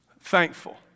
thankful